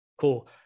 Cool